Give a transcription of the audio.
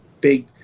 big